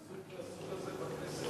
משום שבעיני זה זלזול בזכות הזאת בכנסת,